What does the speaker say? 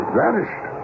vanished